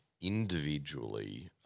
individually